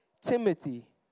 Timothy